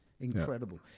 incredible